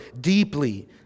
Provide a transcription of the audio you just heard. deeply